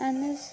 اَہن حظ